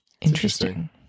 Interesting